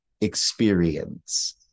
experience